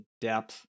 depth